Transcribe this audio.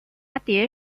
蛱蝶